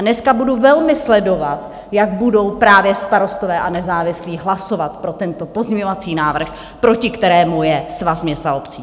Dneska budu velmi sledovat, jak budou právě Starostové a nezávislí hlasovat pro tento pozměňovací návrh, proti kterému je Svaz měst a obcí.